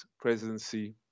presidency